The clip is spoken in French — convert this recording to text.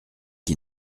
qui